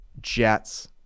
Jets